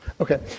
Okay